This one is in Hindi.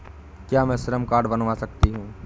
क्या मैं श्रम कार्ड बनवा सकती हूँ?